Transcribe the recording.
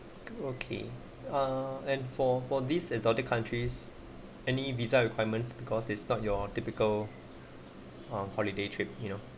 okay uh and for for this exotic countries any visa requirements because it's not your typical holiday trip you know